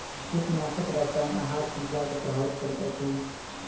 कीटनाशक रसायन आहार श्रृंखला के प्रभावित करैत अछि